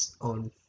on